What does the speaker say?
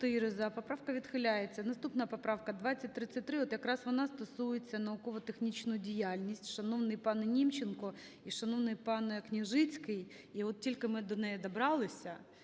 Поправка відхиляється. Наступна поправка 2033. От якраз вона стосується науково-технічної діяльності. Шановний пане Німченко і шановний пане Княжицький, і от тільки ми до неї добралися.